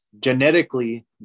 genetically